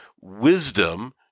wisdom